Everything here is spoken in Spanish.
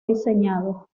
diseñado